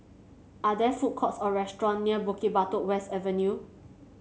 are there food courts or restaurant near Bukit Batok West Avenue